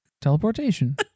Teleportation